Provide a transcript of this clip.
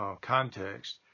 context